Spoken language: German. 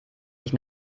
ich